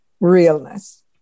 realness